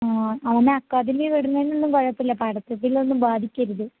ആ അവനെ അക്കാദമിയില് വിടുന്നതിലൊന്നും കുഴപ്പമില്ല പഠിത്തത്തിനെയൊന്നും ബാധിക്കരുത്